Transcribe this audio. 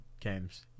games